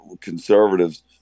conservatives